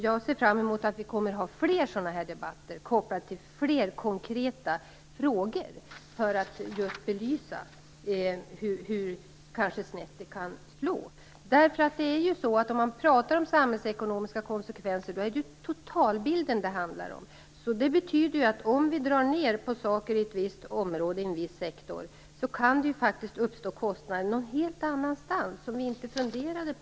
Jag ser fram emot fler sådana här debatter, kopplade till fler konkreta frågor, för att belysa hur snett det kan slå. När man pratar om samhällsekonomiska konsekvenser är det totalbilden som det handlar om. Det betyder att om vi drar ned på saker i ett visst område och i en viss sektor kan det uppstå kostnader, som vi inte funderade på, någon helt annanstans.